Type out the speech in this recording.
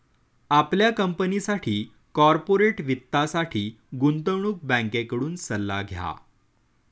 आपल्या कंपनीसाठी कॉर्पोरेट वित्तासाठी गुंतवणूक बँकेकडून सल्ला घ्या